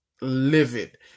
livid